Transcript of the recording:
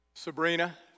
Sabrina